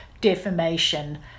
defamation